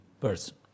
person